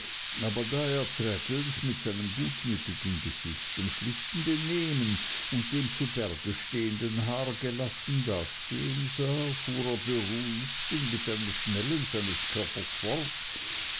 traddles mit seinem gutmütigen gesicht dem schlichten benehmen und dem zu berge stehenden haar gelassen dastehen sah fuhr er beruhigt und mit einem schnellen seines körpers fort